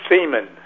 Seaman